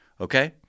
okay